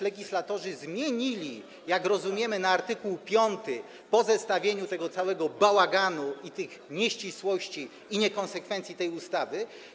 Legislatorzy zmienili to, jak rozumiemy, na art. 5 po zestawieniu tego całego bałaganu i tych nieścisłości, i niekonsekwencji tej ustawy.